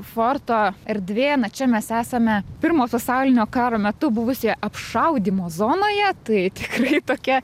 forto erdvė na čia mes esame pirmo pasaulinio karo metu buvusioje apšaudymo zonoje tai tikrai tokia